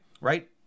right